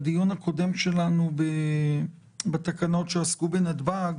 בדיון הקודם שלנו בתקנות שעסקו בנתב"ג,